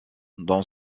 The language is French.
dans